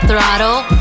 Throttle